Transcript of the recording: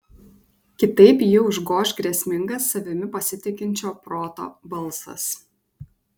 kitaip jį užgoš grėsmingas savimi pasitikinčio proto balsas